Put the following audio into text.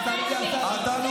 אז מה יותר טוב,